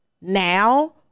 now